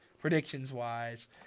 predictions-wise